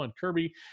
kirby